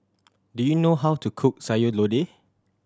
do you know how to cook Sayur Lodeh